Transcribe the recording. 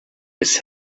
his